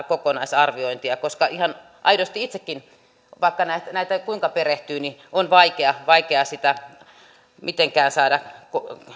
kokonaisarviointia koska ihan aidosti itsekin vaikka näihin kuinka perehtyy on vaikea sitä mitenkään saada